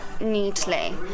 neatly